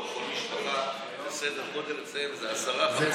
כל משפחה זה אצלם סדר גודל של 15, 15 איש.